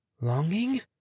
longing